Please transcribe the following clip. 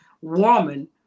woman